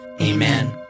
Amen